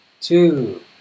two